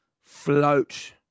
float